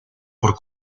por